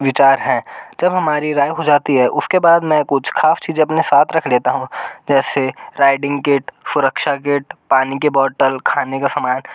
विचार हैं जब हमारी राय हो जाती है उसके बाद में कुछ खास चीज़ें अपने साथ रख लेता हूँ जैसे राइडिंग किट सुरक्षा किट पानी कि बोटल खाने का समान